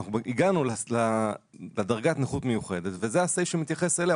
אנחנו הגענו לדרגת נכות מיוחדת וזה הסעיף שמתייחס אליה,